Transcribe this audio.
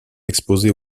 exposée